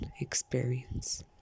experience